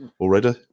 Already